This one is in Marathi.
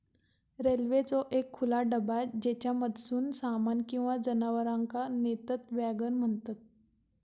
रेल्वेचो एक खुला डबा ज्येच्यामधसून सामान किंवा जनावरांका नेतत वॅगन म्हणतत